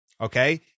Okay